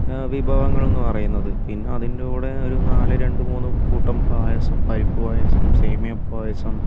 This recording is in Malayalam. വിഭവങ്ങൾ എന്നുപറയുന്നത് പിന്നെ ഇതിൻ്റെ കൂടെ നാല് രണ്ട് മൂന്ന് കൂട്ടം പായസം പരിപ്പ് പായസം സേമിയ പായസം